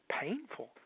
painful